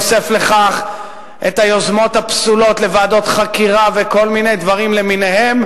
הוסף לכך את היוזמות הפסולות לוועדות חקירה וכל מיני דברים למיניהם,